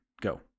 go